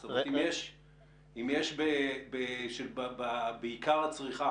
זאת אומרת, אם יש מחסור בעיקר הצריכה,